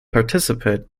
participate